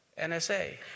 NSA